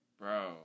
Bro